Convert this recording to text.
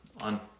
on